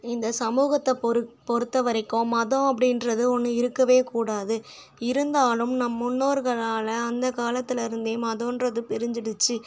இந்த சமூகத்தை பொறுத்த வரைக்கும் மதம் அப்படின்றது ஒன்று இருக்கவே கூடாது இருந்தாலும் நம் முன்னோர்களால் அந்த காலத்தில் இருந்தே மதன்றது பிரிஞ்சுடுச்சி